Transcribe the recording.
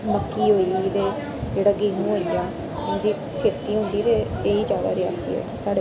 मक्की होई गेई ते जेह्डा गेहूं होई गेआ इंदी खेती होंदी ते एह् ई ज्यादा रियासी साढ़ै